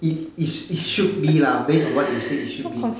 it is is should be lah based on what you said it should be